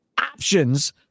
options